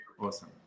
Awesome